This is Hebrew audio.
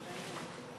אדוני.